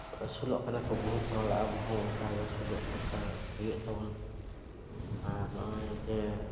ᱟᱹᱥᱩᱞᱚᱜ ᱠᱟᱱᱟ ᱠᱚ ᱵᱚᱦᱩᱛ ᱦᱚᱲ ᱟᱵᱚ ᱦᱚᱸ ᱚᱝᱠᱟᱜᱮ ᱟᱹᱥᱩᱞᱚᱜ ᱫᱚᱨᱠᱟᱨ ᱦᱩᱭᱩᱜ ᱛᱟᱵᱚᱱᱟ ᱟᱨ ᱱᱚᱜᱼᱚᱭ ᱡᱮ